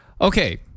Okay